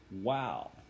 Wow